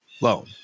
loan